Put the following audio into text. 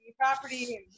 property